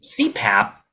CPAP